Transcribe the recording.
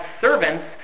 servants